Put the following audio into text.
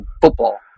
football